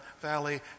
Valley